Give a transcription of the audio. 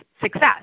success